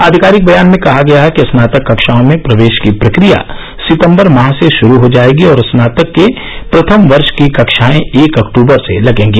आधिकारिक बयान में कहा गया है कि स्नातक कक्षाओं में प्रवेश की प्रक्रिया सितम्वर माह से शुरू हो जाएगी और स्नातक के प्रथम वर्ष की कक्षाएं एक अक्टबर से लगेंगी